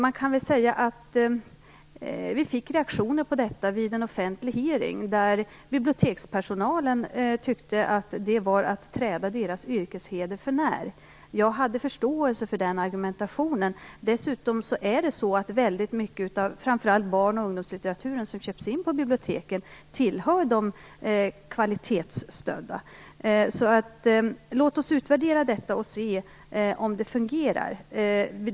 Man kan säga att det blev reaktioner på detta vid en offentligt hearing där bibliotekspersonalen tyckte att det var att träda dess yrkesheder för när. Jag hade förståelse för den argumentationen. Dessutom tillhör redan nu väldigt mycket av den barn och ungdomslitteratur som köps in av biblioteken den utgivningsstödda. Låt oss utvärdera detta och se om det fungerar.